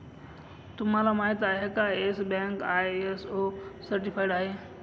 तुम्हाला माहिती आहे का, येस बँक आय.एस.ओ सर्टिफाइड आहे